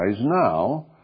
now